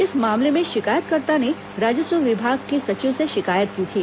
इस मामले में शिकायतकर्ता ने राजस्व विभाग के सचिव से शिकायत की थी